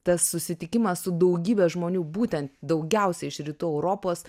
tas susitikimas su daugybe žmonių būtent daugiausia iš rytų europos